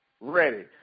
ready